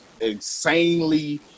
insanely